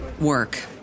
work